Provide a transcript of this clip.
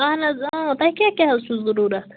اَہن حظ اۭں تۄہہِ کیٛاہ کیٛاہ حظ چھُو ضُروٗرت